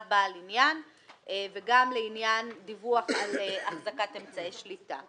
בעל עניין וגם לעניין דיווח על אחזקת אמצעי שליטה.